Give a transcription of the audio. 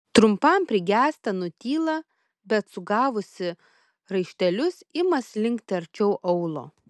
trumpam prigęsta nutyla bet sugavusi raištelius ima slinkti arčiau aulo